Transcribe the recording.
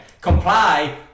Comply